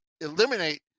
eliminate